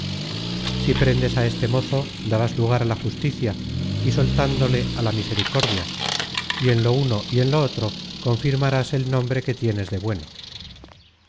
si prendes á este mozo darás lugar á la justicia y soltándole á la misericordia y content from google book search generated at en lo uno y en lo otro confirmarás el nombre que tienes de bueno